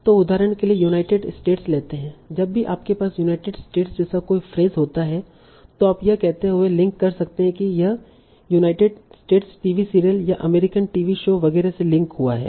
तो उदाहरण के लिए यूनाइटेड स्टेट्स लेते है जब भी आपके पास यूनाइटेड स्टेट्स जैसा कोई फ्रेस होता है तो आप यह कहते हुए लिंक कर सकते है की यह यूनाइटेड स्टेट्स टीवी सीरियल या अमेरिकन टीवी शो वगैरह से लिंक हुआ है